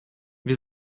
wir